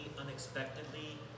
unexpectedly